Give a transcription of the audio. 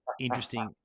interesting